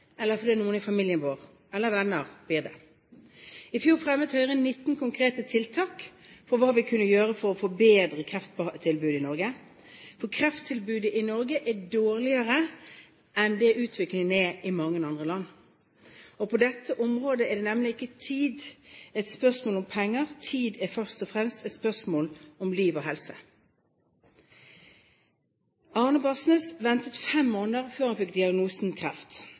eller fordi noen i familien vår, eller venner, blir det. I fjor fremmet Høyre 19 konkrete tiltak for hva vi kunne gjøre for å forbedre krefttilbudet i Norge. Krefttilbudet i Norge er dårligere enn det utviklingen er i mange andre land. På dette området er nemlig ikke tid et spørsmål om penger, tid er først og fremst et spørsmål om liv og helse. Arne Barsnes ventet fem måneder før han fikk diagnosen kreft.